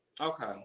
okay